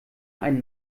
ein